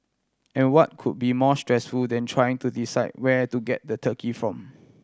and what could be more stressful than trying to decide where to get the turkey from